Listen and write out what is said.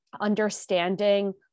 understanding